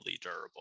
durable